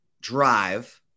drive